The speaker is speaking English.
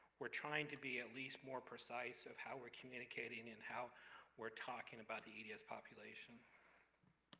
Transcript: we're trying to be at least more precise of how we're communicating and how we're talking about the eds population